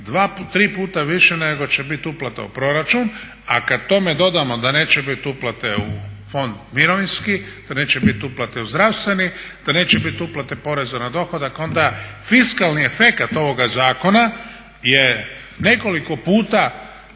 3 puta više nego će biti uplata u proračun. A kada tome dodamo da neće biti uplate u Fond mirovinski, da neće biti uplate u zdravstveni, da neće biti uplate poreza na dohodak onda fiskalni efekat ovoga zakona je nekoliko puta